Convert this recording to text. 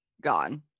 gone